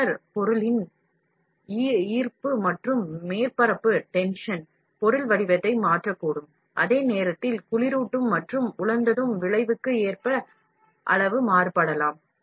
polymer பொருளின் ஈர்ப்பு மற்றும் மேற்பரப்பு tension பொருள் வடிவத்தை மாற்றக்கூடும் அதே நேரத்தில் குளிரூட்டும் மற்றும் உலர்த்தும் விளைவுக்கு ஏற்ப அளவு மாறுபடலாம்